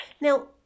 Now